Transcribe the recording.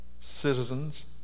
citizens